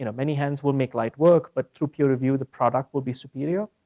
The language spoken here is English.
you know many hands will make light work, but true peer review the product will be superior.